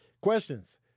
Questions